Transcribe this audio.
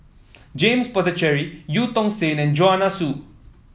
James Puthucheary Eu Tong Sen and Joanne Soo